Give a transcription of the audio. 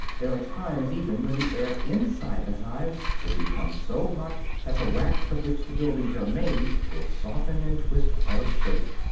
there are times even when the air inside the hive will become so hot that the wax of which the buildings are made will soften, and twist out of shape.